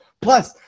Plus